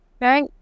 Right